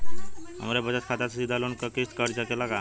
हमरे बचत खाते से सीधे लोन क किस्त कट सकेला का?